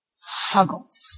Huggles